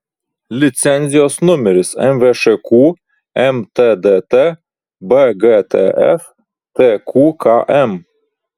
licenzijos numeris mvšq mtdt bgtf tqkm